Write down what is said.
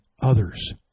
others